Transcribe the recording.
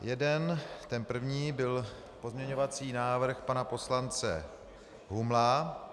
Jeden, ten první, byl pozměňovací návrh pana poslance Humla.